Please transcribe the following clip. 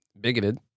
bigoted